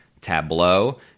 tableau